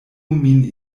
min